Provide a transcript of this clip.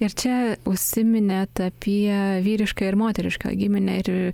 ir čia užsiminėt apie vyrišką ir moterišką giminę ir